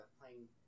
playing